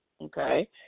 Okay